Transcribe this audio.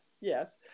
yes